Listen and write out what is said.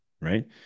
right